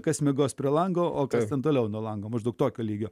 kas miegos prie lango o kas ten toliau nuo lango maždaug tokio lygio